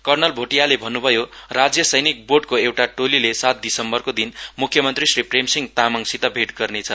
colonel भोटियाले भन्नुभयो राज्य सैनिक बोर्डको एउटा टोलीले सात दिसम्बरको दिन मुख्यमन्त्री श्री प्रेम सिंह तामाङसित भेट गर्नेछ